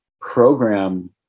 program